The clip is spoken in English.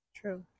True